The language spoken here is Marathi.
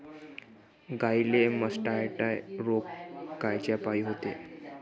गाईले मासटायटय रोग कायच्यापाई होते?